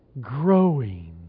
growing